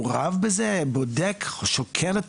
בווטסאפ.